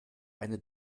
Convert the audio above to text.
eine